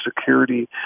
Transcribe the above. security